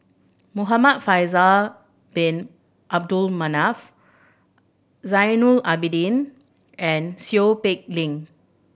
Muhamad Faisal Bin Abdul Manap Zainal Abidin and Seow Peck Leng